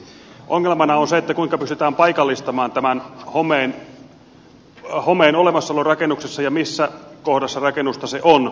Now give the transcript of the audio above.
ongelmana on se kuinka pystytään paikallistamaan tämän homeen olemassaolo rakennuksessa ja se missä kohdassa rakennusta se on